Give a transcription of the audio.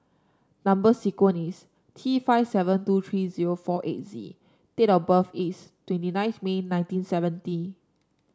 number sequence is T five seven two three zero four eight Z and date of birth is twenty nine May nineteen seventy